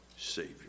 Savior